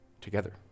Together